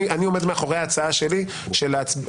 אני עומד מאחורי ההצעה שלי שהשימוע,